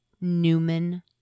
Newman